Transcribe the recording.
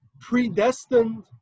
predestined